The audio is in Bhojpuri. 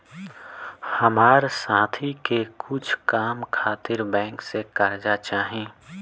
हमार साथी के कुछ काम खातिर बैंक से कर्जा चाही